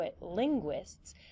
linguists